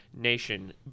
nation